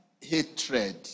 hatred